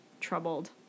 Troubled